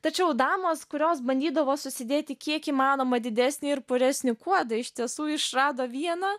tačiau damos kurios bandydavo susidėti kiek įmanoma didesnį ir puresnį kuodą iš tiesų išrado vieną